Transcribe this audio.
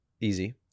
easy